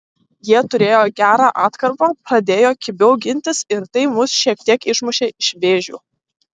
jie turėjo gerą atkarpą pradėjo kibiau gintis ir tai mus šiek tiek išmušė iš vėžių